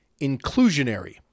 inclusionary